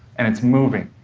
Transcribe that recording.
and it's moving.